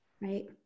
Right